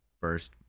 first